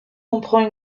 comprend